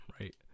Right